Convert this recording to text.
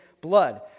blood